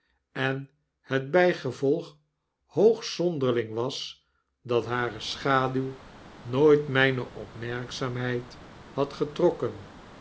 en het bijgevolg hoogst zonderling was dat hare schaduw nooit myne opmerkzaamheid had getrokken